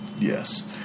Yes